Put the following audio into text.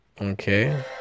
Okay